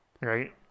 right